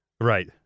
Right